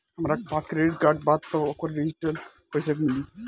हमरा पास credit card बा त ओकर डिटेल्स कइसे मिली?